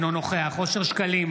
אינו נוכח אושר שקלים,